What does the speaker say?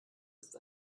ist